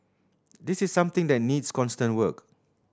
this is something that needs constant work